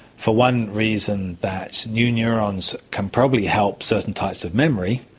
for one reason, that new neurons can probably help certain types of memory,